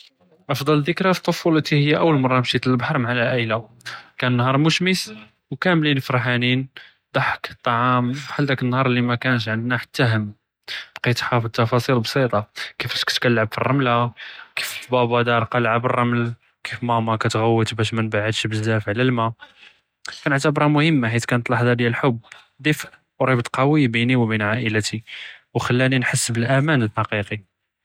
אפטל זכרה פי טפולתי היא אוּל מראה משִית ללְבחַר מע אלעוסרה, כִּן נַעּאר משמס ו כאמלין פרחאנין, דַּחַק, טעאם, בחאל דאק אלנַהאר אללי מא קַאנש פי-הו חתה חם, בְּקִית חַאפֶז תָפָאִיל בסיטה, כיפאש מַאמא כתגוּת באש מןבעדש עלא אלמאא' כיפ כנת נַלַעַבּ ברמלה, כנעתַאבּרהה לחַדַה מֻهِימָה חית כנת לחַדַה מֻهِימָה דיאל חובּ דַפְא ו כתחַלִינִי נַחְבּס בְּאמַאן חֻקִיקִי.